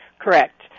Correct